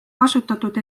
kasutatud